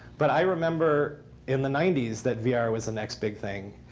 but i remember in the ninety s that vr ah was the next big thing.